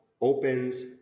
opens